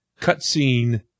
cutscene